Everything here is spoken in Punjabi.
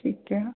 ਠੀਕ ਹੈ